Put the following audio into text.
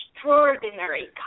extraordinary